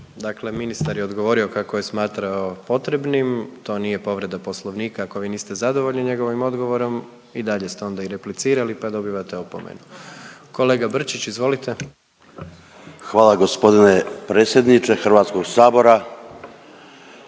Dakle, ministar je odgovorio kako je smatrao potrebnim, to nije povreda poslovnika. Ako vi niste zadovoljni njegovim odgovorom i dalje ste onda i replicirali pa dobivate opomenu. Kolega Brčić izvolite. **Brčić, Luka (HDZ)** Hvala g.